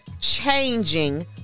changing